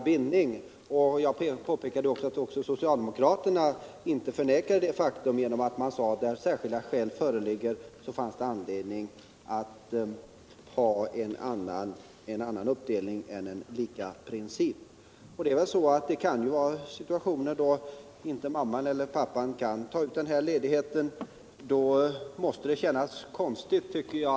Jag har också påpekat att inte heller socialdemokraterna förnekat detta faktum, eftersom de sagt att när särskilda skäl föreligger finns det anledning att ha en annan uppdelning. Det kan ju finnas situationer där mamman eller pappan inte kan ta ut ledigheten. Då måste det kännas konstigt, tycker jag.